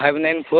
five nine four